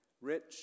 rich